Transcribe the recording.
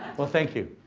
well, thank you.